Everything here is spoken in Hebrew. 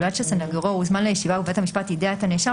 ובלבד שסניגורו הוזמן לישיבה ובית המשפט יידע את הנאשם